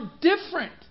different